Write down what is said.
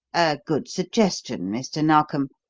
a good suggestion, mr. narkom,